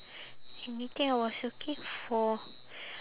anything I was looking for